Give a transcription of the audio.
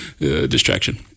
distraction